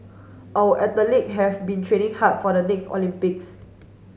our athlete have been training hard for the next Olympics